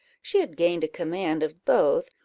she had gained a command of both,